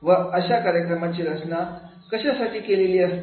व अशा कार्यक्रमाची रचना कशासाठी केलेली असते